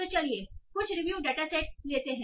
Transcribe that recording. तो चलिए कुछ रिव्यू डेटा सेट लेते हैं